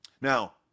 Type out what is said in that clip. Now